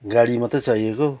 गाडी मात्रै चाहिएको